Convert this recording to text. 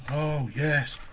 oh yes.